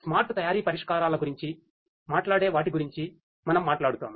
smart తయారీ పరిష్కారాల గురించి మాట్లాడే వాటి గురించి మనము మాట్లాడుతాము